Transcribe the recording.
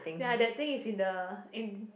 ya that thing is in the in